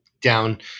down